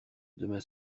demain